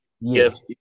yes